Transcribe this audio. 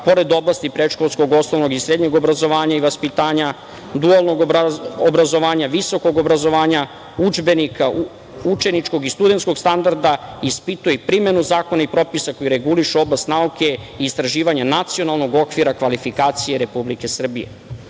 pored oblasti predškolskog, osnovnog i srednjeg obrazovanja i vaspitanja, dualnog obrazovanja, visokog obrazovanja, udžbenika, učeničkog i studentskog standarda, ispituje i primenu zakona i propisa koji regulišu oblast nauke, istraživanja nacionalnog okvira kvalifikacija Republike Srbije.